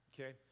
Okay